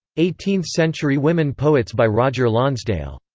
eighteenth century women poets by roger lonsdale.